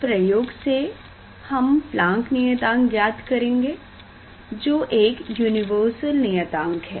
इस प्रयोग से हम प्लांक नियतांक ज्ञात करेंगे जो एक यूनिवर्सल नियतांक है